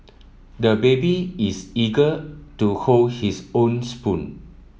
the baby is eager to hold his own spoon